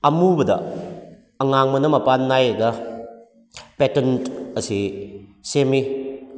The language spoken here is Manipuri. ꯑꯃꯨꯕꯗ ꯑꯉꯥꯡꯕꯅ ꯃꯄꯥꯟ ꯅꯥꯏꯔꯒ ꯄꯦꯇꯟ ꯑꯁꯤ ꯁꯦꯝꯃꯤ